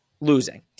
losing